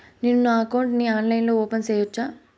నేను నా అకౌంట్ ని ఆన్లైన్ లో ఓపెన్ సేయొచ్చా?